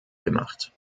gemacht